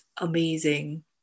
amazing